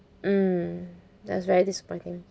mm that's very disappointing